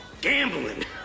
Gambling